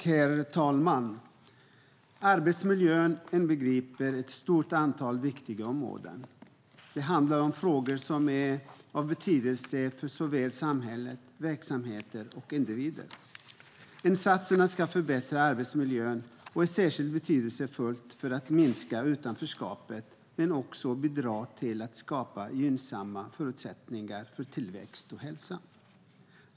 Herr talman! Arbetsmiljön inbegriper ett stort antal viktiga områden. Det handlar om frågor som är av betydelse för såväl samhälle och verksamheter som individer. Insatserna ska förbättra arbetsmiljön och är särskilt betydelsefulla för att minska utanförskapet och bidra till att skapa gynnsamma förutsättningar för tillväxt och hälsa.